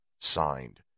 signed